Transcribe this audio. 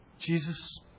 Jesus